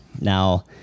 Now